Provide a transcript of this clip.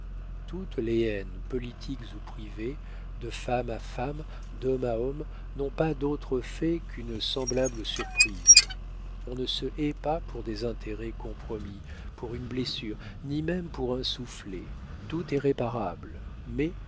toutes les haines politiques ou privées de femme à femme d'homme à homme n'ont pas d'autre fait qu'une semblable surprise on ne se hait pas pour des intérêts compromis pour une blessure ni même pour un soufflet tout est réparable mais